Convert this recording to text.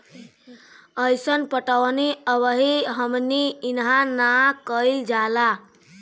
अइसन पटौनी अबही हमनी इन्हा ना कइल जाला